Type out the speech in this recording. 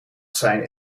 zijn